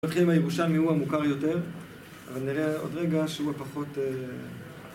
נתחיל עם הירושלמי הוא המוכר יותר אבל נראה עוד רגע שהוא הפחות...